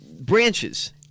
branches